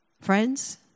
friends